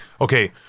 Okay